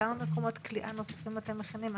כמה מקומות כליאה נוספים אתם מכינים?